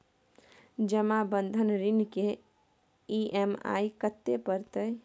जमा बंधक ऋण के ई.एम.आई कत्ते परतै?